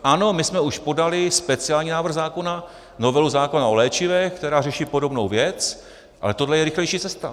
Ano, už jsme podali speciální návrh zákona, novelu zákona o léčivech, která řeší podobnou věc, ale tohle je rychlejší cesta.